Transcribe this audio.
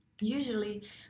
Usually